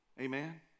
Amen